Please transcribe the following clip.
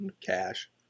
Cash